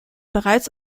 bereits